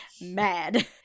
mad